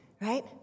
right